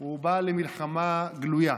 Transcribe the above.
הוא בא למלחמה גלויה.